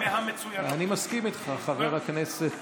אני מסכים איתך, חבר הכנסת.